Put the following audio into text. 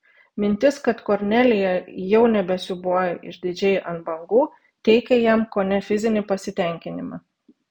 mintis kad kornelija jau nebesiūbuoja išdidžiai ant bangų teikė jam kone fizinį pasitenkinimą